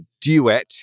duet